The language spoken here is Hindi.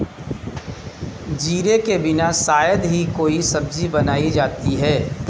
जीरे के बिना शायद ही कोई सब्जी बनाई जाती है